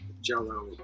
jello